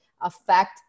affect